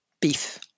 Beef